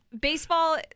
baseball